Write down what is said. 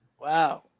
Wow